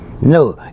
No